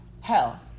Hell